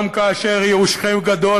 גם כאשר ייאושכם גדול,